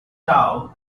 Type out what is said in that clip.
tau